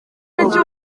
iki